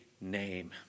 name